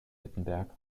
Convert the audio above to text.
wittenberg